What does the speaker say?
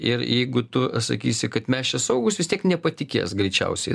ir jeigu tu sakysi kad mes čia saugūs vis tiek nepatikės greičiausiai